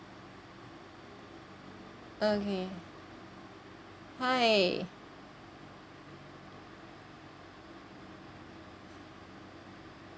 okay hi